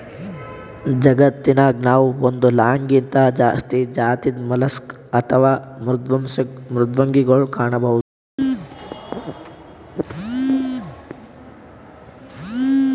ಜಗತ್ತನಾಗ್ ನಾವ್ ಒಂದ್ ಲಾಕ್ಗಿಂತಾ ಜಾಸ್ತಿ ಜಾತಿದ್ ಮಲಸ್ಕ್ ಅಥವಾ ಮೃದ್ವಂಗಿಗೊಳ್ ಕಾಣಬಹುದ್